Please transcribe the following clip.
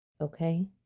Okay